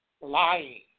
lying